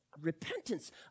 repentance